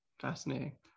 Fascinating